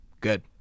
good